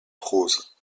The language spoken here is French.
prose